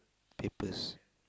papers